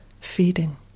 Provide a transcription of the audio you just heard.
feeding